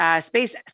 space